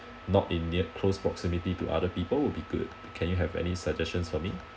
not in near close proximity to other people will be good can you have any suggestions for me